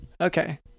Okay